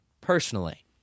Personally